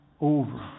over